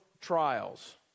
trials